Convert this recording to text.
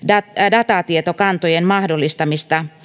datatietokantojen mahdollistamista